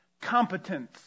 competence